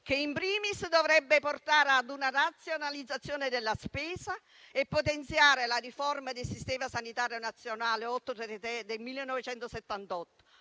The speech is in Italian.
che, *in primis*, dovrebbe portare ad una razionalizzazione della spesa e potenziare la riforma del sistema sanitario nazionale di cui